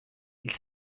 ils